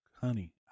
honey